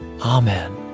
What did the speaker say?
Amen